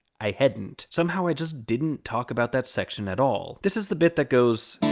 i hadn't. somehow, i just didn't talk about that section at all. this is the bit that goes